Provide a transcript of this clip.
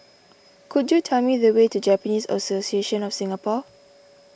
could you tell me the way to Japanese Association of Singapore